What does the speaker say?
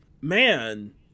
man